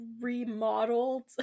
remodeled